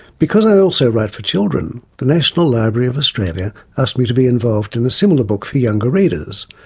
because i also write for children, the national library of australia asked me to be involved in a similar book for younger readers,